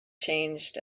changed